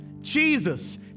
Jesus